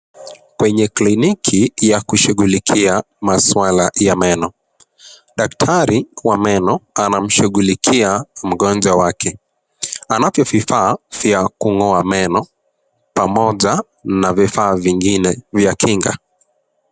Kwenye kliniki ya kushughulikia maswala ya meno, daktari wa meno anamshughulikia mgonjwa wake. Anavyo vifaa vya kungoa meno pamoja na vifaa vingine vya kinga.